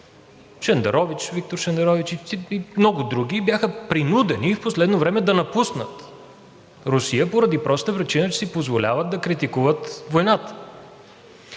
Невзоров, Виктор Шендерович и много други, бяха принудени в последно време да напуснат Русия поради простата причина, че си позволяват да критикуват войната.